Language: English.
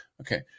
Okay